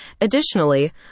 Additionally